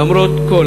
למרות הכול,